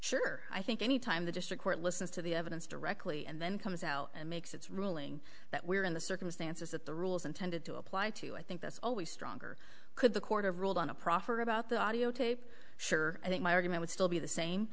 sure i think any time the district court listens to the evidence directly and then comes out and makes its ruling that we are in the circumstances that the rules intended to apply to i think that's always stronger could the court of ruled on a proffer about the audiotape sure i think my argument would still be the same